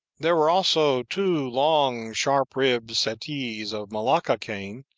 there were also two long, sharp-ribbed settees of malacca cane,